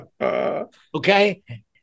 okay